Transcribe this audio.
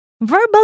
Verbal